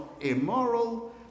immoral